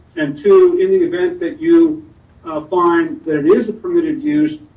and two, in the event that you find that it is a permitted use,